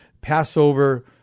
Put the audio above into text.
Passover